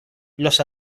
los